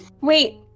Wait